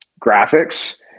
graphics